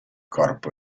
corpo